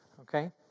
okay